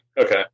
Okay